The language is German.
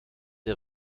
der